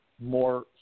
more